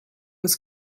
was